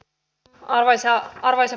arvoisa puhemies